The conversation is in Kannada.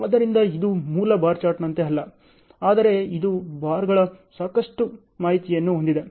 ಆದ್ದರಿಂದ ಇದು ಮೂಲ ಬಾರ್ ಚಾರ್ಟ್ನಂತೆ ಅಲ್ಲ ಆದರೆ ಇದು ಬಾರ್ಗಳಲ್ಲಿ ಸಾಕಷ್ಟು ಮಾಹಿತಿಯನ್ನು ಹೊಂದಿದೆ